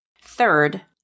Third